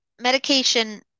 medication